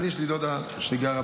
יש לי דודה שגרה בשומרה.